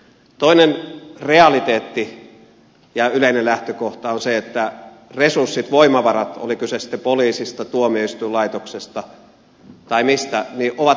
toinen realiteetti ja yleinen lähtökohta on se että resurssit voimavarat oli kyse sitten poliisista tuomioistuinlaitoksesta tai mistä vain ovat aina rajallisia